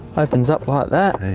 opens up like that.